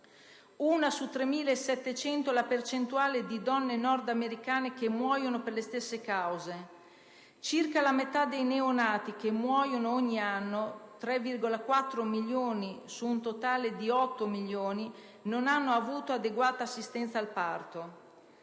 una su 3.700 sono le donne nordamericane che muoiono per le stesse cause. Circa la metà dei neonati che muoiono ogni anno (3,4 milioni su un totale di 8 milioni) non ha avuto adeguata assistenza al parto.